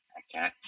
okay